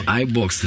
ibox